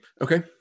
okay